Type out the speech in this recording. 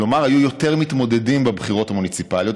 כלומר היו יותר מתמודדים בבחירות המוניציפליות,